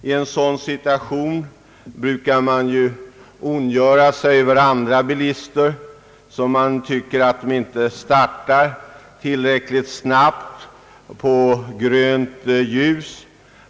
I en sådan situation brukar man ondgöra sig över andra bilister, som man tycker inte startar tillräckligt snabbt på grönt ljus.